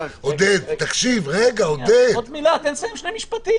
תן לי לסיים את המשפט.